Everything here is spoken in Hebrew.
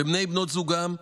לבני ובנות זוגם,